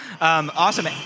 Awesome